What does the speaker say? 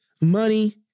money